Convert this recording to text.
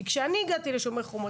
כי כשאני הגעתי לנושא "שומר החומות",